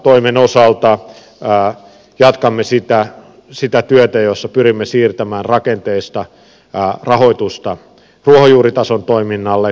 liikuntatoimen osalta jatkamme sitä työtä jossa pyrimme siirtämään rakenteista rahoitusta ruohonjuuritason toiminnalle